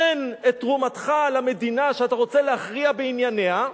תן את תרומתך למדינה שאתה רוצה להכריע בענייניה,